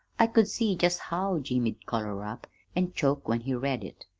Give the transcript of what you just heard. i could see just how jimmy'd color up an' choke when he read it,